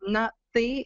na tai